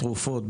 תרופות,